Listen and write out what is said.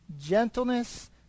gentleness